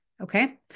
Okay